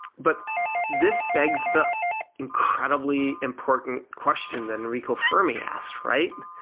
but this begs the incredibly important question that enrico fermi asked, right?